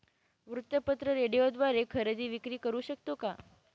वृत्तपत्र, रेडिओद्वारे खरेदी विक्री करु शकतो का?